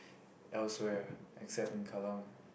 elsewhere except in Kallang